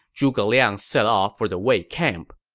zhuge liang set off for the wei camp